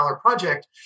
project